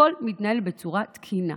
הכול מתנהל בצורה תקינה.